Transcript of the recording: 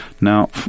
now